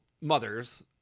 mothers